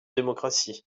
démocratie